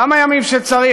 כמה ימים שצריך.